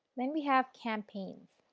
then we have campaigns.